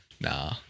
Nah